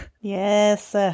yes